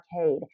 arcade